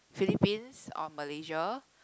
Philippines or Malaysia